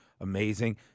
amazing